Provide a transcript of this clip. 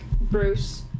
Bruce